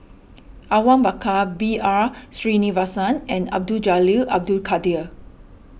Awang Bakar B R Sreenivasan and Abdul Jalil Abdul Kadir